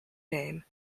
name